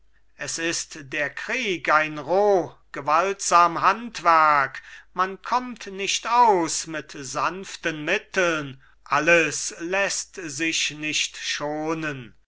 es ist der krieg ein roh gewaltsam handwerk man kommt nicht aus mit sanften mitteln alles läßt sich nicht schonen